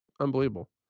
unbelievable